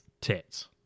tits